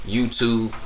YouTube